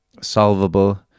solvable